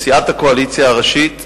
בסיעת הקואליציה הראשית,